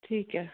ਠੀਕ ਹੈ